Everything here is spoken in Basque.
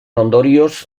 ondorioz